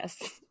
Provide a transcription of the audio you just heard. Yes